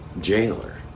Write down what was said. jailer